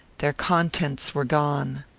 their contents were gone.